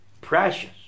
precious